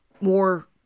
more